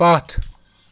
پَتھ